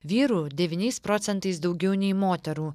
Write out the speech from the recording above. vyrų devyniais procentais daugiau nei moterų